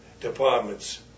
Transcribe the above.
departments